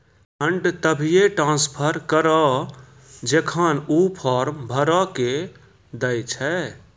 fund तभिये transfer करऽ जेखन ऊ फॉर्म भरऽ के दै छै